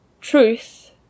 Truth